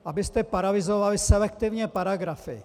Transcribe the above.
Abyste paralyzovali selektivně paragrafy.